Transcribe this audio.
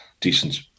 decent